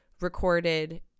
recorded